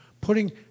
putting